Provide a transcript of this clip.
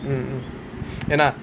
mm then ah